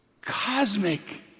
cosmic